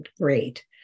great